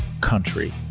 country